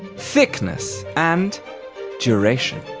thickness, and duration.